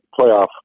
playoff